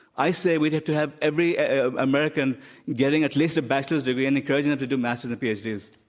i say we'd have to have every ah american getting at least a bachelor's degree and encouraging them to do master's and ph. d. s.